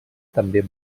també